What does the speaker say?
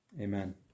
Amen